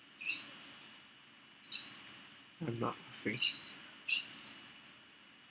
remark three